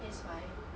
that's why